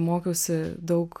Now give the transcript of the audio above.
mokiausi daug